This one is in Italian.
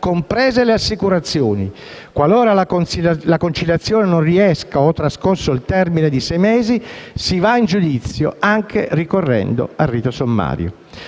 comprese le assicurazioni; qualora la conciliazione non riesca o trascorso il termine dei sei mesi si va in giudizio, anche ricorrendo al rito sommario.